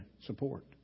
support